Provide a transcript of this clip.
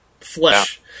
flesh